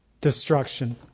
destruction